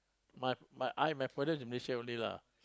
my my I my furthest is Malaysia only lah